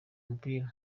umupira